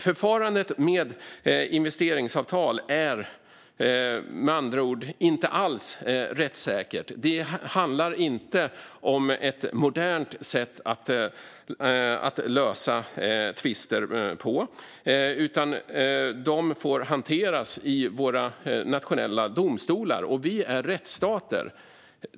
Förfarandet med investeringsavtal är med andra ord inte alls rättssäkert. Det är inte att modernt sätt att lösa tvister. De ska hanteras i våra nationella domstolar, och vi är rättsstater.